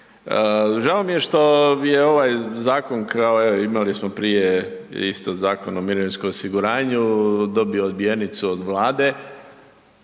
Žao mi je što je ovaj zakon, kao imali smo prije isto Zakon o mirovinskom osiguranju, dobio odbijenicu od Vlade,